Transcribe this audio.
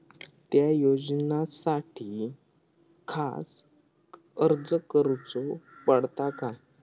त्या योजनासाठी खास अर्ज करूचो पडता काय?